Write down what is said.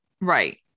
Right